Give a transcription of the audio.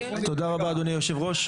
הראש,